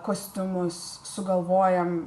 kostiumus sugalvojam